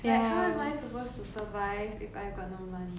like how am I supposed to survive if I've got no money